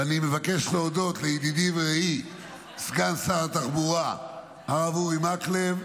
ואני מבקש להודות לידידי ורעי סגן שר התחבורה הרב אורי מקלב,